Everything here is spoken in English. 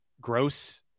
gross